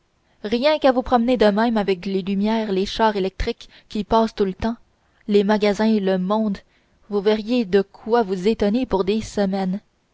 salle rien qu'à vous promener de même avec les lumières les chars électriques qui passent tout le temps les magasins le monde vous verriez de quoi vous étonner pour des semaines